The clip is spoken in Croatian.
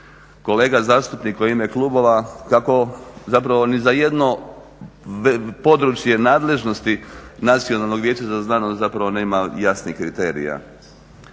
kolega zastupnika u ime klubova kako zapravo ni za jedno područje nadležnosti Nacionalnog vijeća za znanost zapravo nema jasnih kriterija.